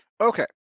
Okay